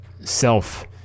self